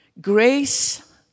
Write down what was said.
grace